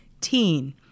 TEEN